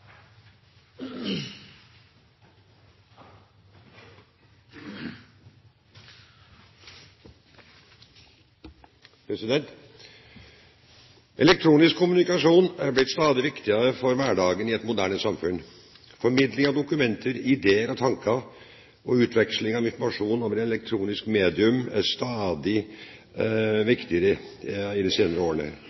vedtatt. Elektronisk kommunikasjon er blitt stadig viktigere for hverdagen i et moderne samfunn. Formidling av dokumenter, ideer og tanker og utveksling av informasjon over elektroniske medium har blitt stadig viktigere de senere årene.